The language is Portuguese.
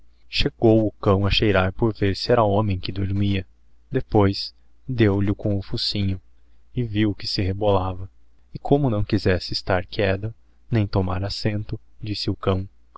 chegou o cão a cheirar por ver se era homem que dormia depois deo lhe com o focinho e vio que se rebolava e como não quizesse eslar queda nem tomar assento disse o cão